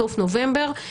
בסוף נובמבר,